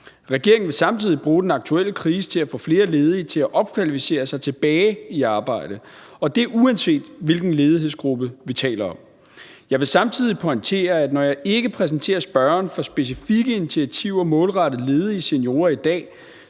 Regeringen vil samtidig bruge den aktuelle krise til at få flere ledige til at opkvalificere sig tilbage i arbejde, og det er, uanset hvilken ledighedsgruppe vi taler om. Jeg vil samtidig pointere, at når jeg ikke præsenterer spørgeren for specifikke initiativer målrettet ledige seniorer i dag,